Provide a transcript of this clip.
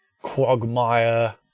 quagmire